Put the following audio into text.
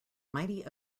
mighty